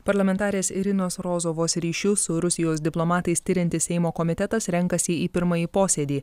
parlamentarės irinos rozovos ryšius su rusijos diplomatais tiriantis seimo komitetas renkasi į pirmąjį posėdį